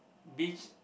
beach